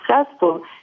successful